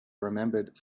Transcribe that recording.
remembered